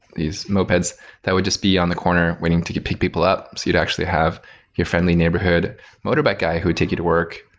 these mopeds that would just be on the corner waiting to pick people up. so you'd actually have your friendly neighborhood motorbike guy who'd take you to work.